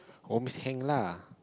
oh miss Heng lah